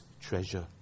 treasure